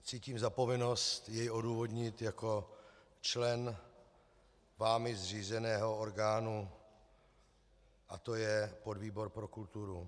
Cítím povinnost jej odůvodnit jako člen vámi zřízeného orgánu, a to je podvýbor pro kulturu.